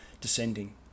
descending